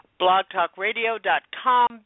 blogtalkradio.com